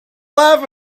laugh